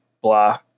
blah